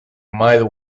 mile